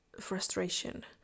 frustration